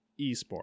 eSport